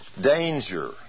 Danger